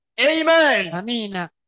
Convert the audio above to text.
Amen